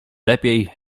lepiej